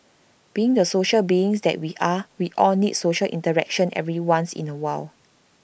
being the social beings that we are we all need social interaction every once in A while